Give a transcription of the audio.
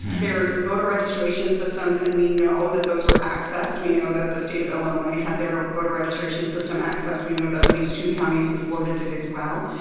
there's voter registration systems, and we know that those were accessed. we know that the state of illinois had their voter registration system accessed. we know that at least two counties in florida did, as well.